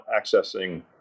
accessing